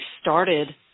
started